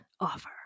offer